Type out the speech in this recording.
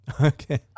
Okay